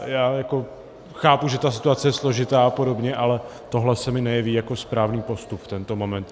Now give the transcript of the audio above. Já jako chápu, že ta situace je složitá a podobně, ale tohle se mi nejeví jako správný postup v tento moment.